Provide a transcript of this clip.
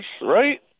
right